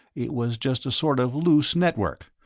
it was just a sort of loose network,